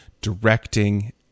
directing